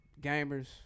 gamers